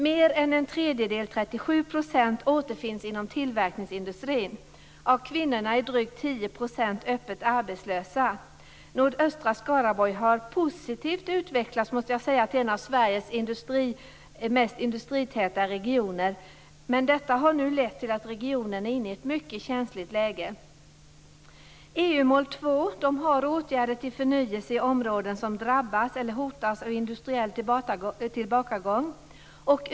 Mer än en tredjedel, 37 %, återfinns inom tillverkningsindustrin. Av kvinnorna är drygt 10 % öppet arbetslösa. Nordöstra Skaraborg har, måste jag säga, positivt utvecklats till en av Sveriges industritätaste regioner. Detta har nu lett till att regionen är inne i ett mycket känsligt läge. EU-mål 2 omfattar åtgärder som syftar till förnyelse i områden som drabbas eller hotas av industriell tillbakagång.